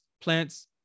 plants